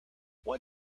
what